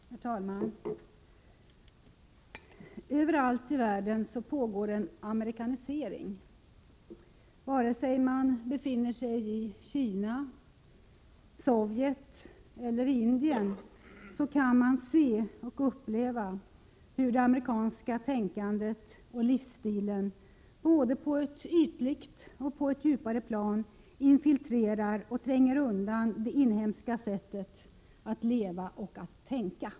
Herr talman! Överallt i världen pågår en amerikanisering. Vare sig man befinner sig i Kina, i Sovjet eller i Indien kan man se och uppleva hur det amerikanska tänkandet och den amerikanska livsstilen både på ett ytligt och på ett djupare plan infiltrerar och tränger undan det inhemska sättet att leva och tänka.